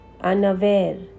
unaware